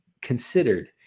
considered